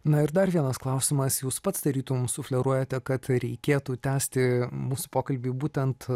na ir dar vienas klausimas jūs pats tarytum sufleruojate kad reikėtų tęsti mūsų pokalbį būtent